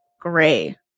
gray